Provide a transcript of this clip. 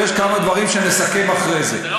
אבל יש כמה דברים שנסכם אחרי זה.